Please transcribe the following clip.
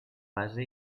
base